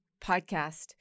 podcast